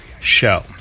show